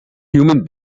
human